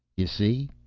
you see,